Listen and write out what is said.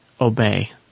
obey